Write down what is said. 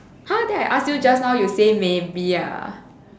!huh! then I ask you just now you say maybe ah